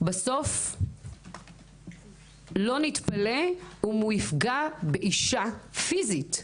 בסוף לא נתפלא אם הוא יפגע באישה פיסית.